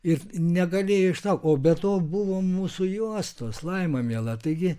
ir negalėjo ištraukt o be to buvo mūsų juostos laima miela taigi